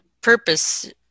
purpose